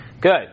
good